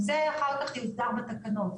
זה אחר כך יוסדר בתקנון.